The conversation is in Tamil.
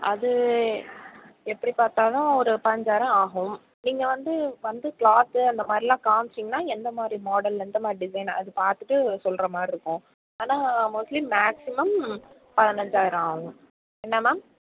அது எப்படி பார்த்தாலும் ஒரு பதினஞ்சாயிரம் ஆகும் நீங்கள் வந்து வந்து கிளாத்து அந்த மாதிரிலாம் காமிச்சீங்கன்னால் எந்த மாதிரி மாடல் எந்த மாதிரி டிசைன் அது பார்த்துட்டு சொல்கிற மாதிரி இருக்கும் ஆனால் மோஸ்ட்லி மேக்ஸிமம் பதினஞ்சாயிரம் ஆகும் என்ன மேம்